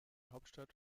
hauptstadt